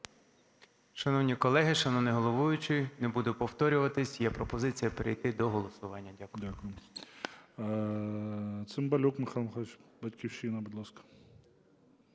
Шановні колеги, шановний головуючий, не буду повторюватися, є пропозиція перейти до голосування. Дякую.